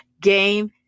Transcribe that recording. Game